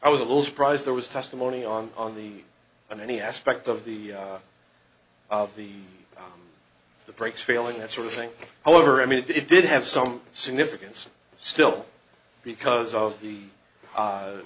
i was a little surprised there was testimony on the on any aspect of the of the the brakes failing that sort of thing however i mean it did have some significance still because of the